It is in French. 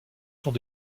sont